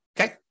okay